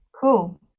cool